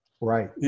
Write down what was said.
right